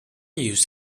used